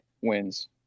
wins